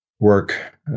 work